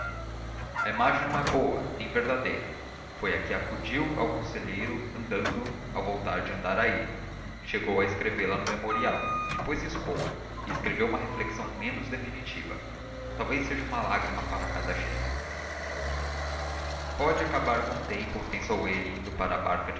a imagem não é boa nem verdadeira foi a que acudiu ao conselheiro andando ao voltar de andaraí chegou a escrevê la no memorial depois riscou a e escreveu uma reflexão menos definitiva talvez seja uma lágrima para cada gêmeo pode acabar com o tempo pensou ele indo para a barca